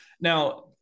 Now